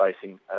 facing